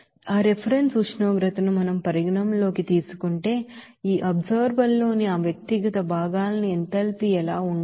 ఆ రిఫరెన్స్ ఉష్ణోగ్రతను మనం పరిగణనలోకి తీసుకుంటే ఈ అబ్జార్బర్ లోని ఆ వ్యక్తిగత భాగాలకు ఎంథాల్పీ ఎలా ఉండాలి